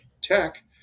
tech